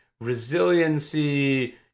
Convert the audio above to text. resiliency